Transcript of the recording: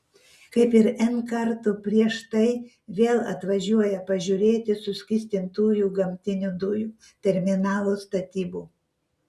kaip ir n kartų prieš tai vėl atvažiuoja pažiūrėti suskystintųjų gamtinių dujų terminalo statybų